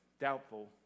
doubtful